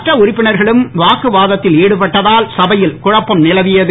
மற்ற உறுப்பினர்களும் வாக்குவாதத்தில் ஈடுபட்டதால் சபையில் குழப்பம் நிலவியது